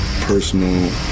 personal